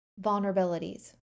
vulnerabilities